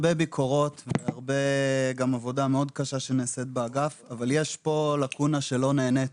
ביקורות ועבודה מאוד קשה שנעשית באגף אבל יש כאן לקונה שלא נענית.